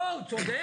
לא, הוא צודק.